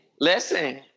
Listen